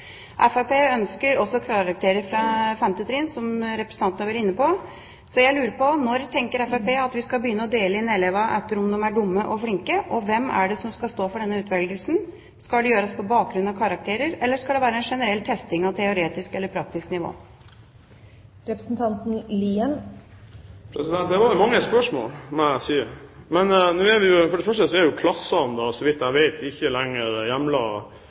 Fremskrittspartiet ønsker også karakterer fra 5. trinn, som representanten har vært inne på. Jeg lurer på: Når mener Fremskrittspartiet at vi skal begynne å dele elevene inn i klasser etter hvorvidt de er dumme eller flinke? Og hvem skal stå for denne utvelgelsen? Skal det gjøres på bakgrunn av karakterer, eller skal det være en generell testing av teoretisk eller praktisk nivå? Det var mange spørsmål, må jeg si. For det første er nivådeling av klasser ikke lenger